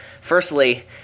Firstly